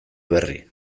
berri